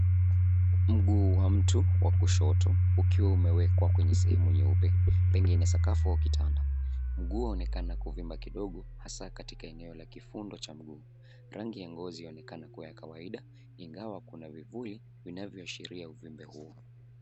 Mguu wa mtu wa kushoto ukiwa umewekwa kwenye sehemu nyeupe pengine sakafu wa kitanda. Mguu aonekana kuvimba kidogo hasa katika eneo la kifundo cha mguu. Rangi ya ngozi ionekana kuya kawaida ingawa kuna vivuli vinavyoashiria uvimbe huo.